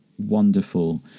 wonderful